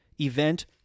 event